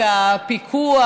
את הפיקוח.